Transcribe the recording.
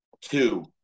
two